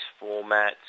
formats